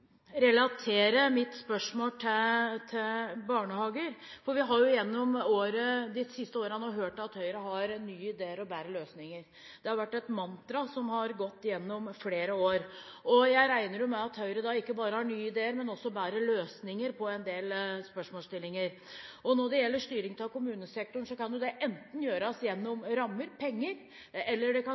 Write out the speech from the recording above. relatere mitt spørsmål til barnehager. Vi har gjennom de siste årene hørt at Høyre har nye ideer og bedre løsninger. Det har vært et mantra som har gått igjen i flere år. Jeg regner med at Høyre da ikke bare har nye ideer, men også har bedre løsninger på en del spørsmålsstillinger. Når det gjelder styring av kommunesektoren, kan det enten gjøres gjennom rammer, penger, eller det kan